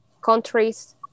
countries